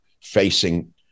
facing